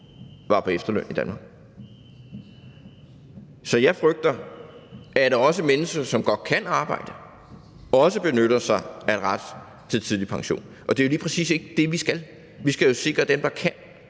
var på efterløn i Danmark. Så jeg frygter, at også mennesker, som godt kan arbejde, benytter sig af ret til tidlig pension, og det er lige præcis ikke det, vi skal. Vi skal jo sikre, at de, der kan,